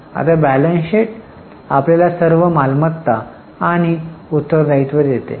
आता balance sheet आपल्याला सर्व मालमत्ता आणि उत्तरदायित्व देते